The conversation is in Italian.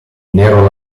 nero